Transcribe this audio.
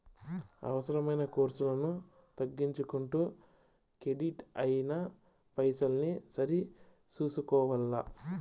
అవసరమైన కర్సులను తగ్గించుకుంటూ కెడిట్ అయిన పైసల్ని సరి సూసుకోవల్ల